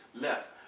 left